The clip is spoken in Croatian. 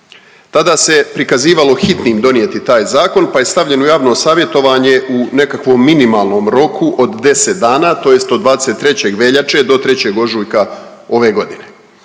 Tada se prikazivalo hitnim donijeti taj zakon, pa je stavljen u javno savjetovanje u nekakvom minimalnom roku od 10 dana tj. od 23. veljače do 3. ožujka ove godine.